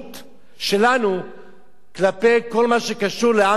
שלנו כלפי כל מה שקשור לעם נרדף.